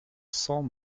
cents